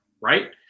right